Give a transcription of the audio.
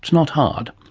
not hard.